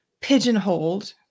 pigeonholed